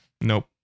Nope